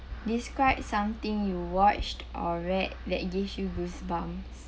describe something you watched or read that gives you goosebumps